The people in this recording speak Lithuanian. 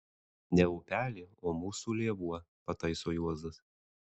ne upelė o mūsų lėvuo pataiso juozas